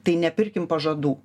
tai nepirkim pažadų